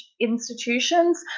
institutions